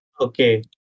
Okay